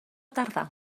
tardà